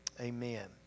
amen